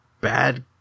bad